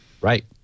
right